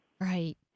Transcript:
Right